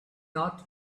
not